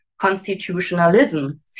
constitutionalism